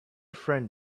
friend